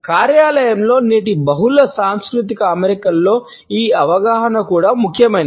కార్యాలయంలో నేటి బహుళ సాంస్కృతిక అమరికలలో ఈ అవగాహన కూడా ముఖ్యమైనది